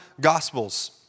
gospels